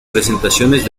presentaciones